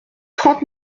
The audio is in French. trente